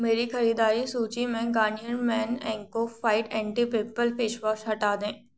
मेरी ख़रीददारी सूची में Garnier men acno fight anti pimple face wash हटा दें